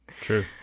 true